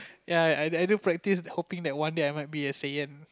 ya I do practice hoping that one day I might be a Saiyan